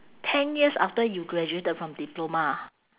ten years after you graduated from diploma